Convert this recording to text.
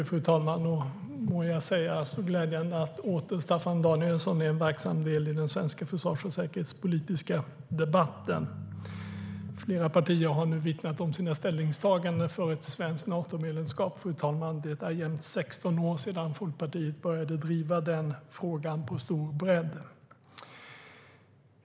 Fru talman! Det är glädjande att Staffan Danielsson åter är en verksam del i den svenska försvars och säkerhetspolitiska debatten. Flera partier har nu vittnat om sina ställningstaganden för ett svenskt Natomedlemskap, fru talman. Det är 16 år sedan Folkpartiet började driva den frågan i stor bredd.